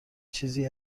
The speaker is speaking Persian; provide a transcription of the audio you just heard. چیزی